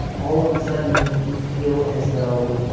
ah all of a sudden you feel as though